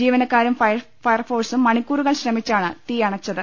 ജീവനക്കാരും ഫയർഫോഴ്സും മണിക്കൂറുകൾ ശ്രമിച്ചാണ് തീയണച്ചത്